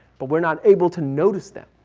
but we're not able to notice them.